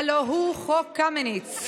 הלוא הוא חוק קמיניץ,